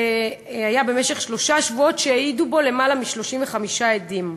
שנמשך שלושה שבועות והעידו בו למעלה מ-35 עדים.